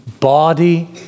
body